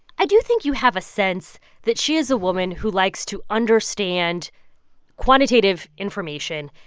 i do think you have a sense that she is a woman who likes to understand quantitative information,